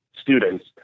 students